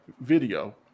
Video